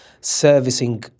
servicing